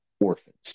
Orphans